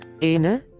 ene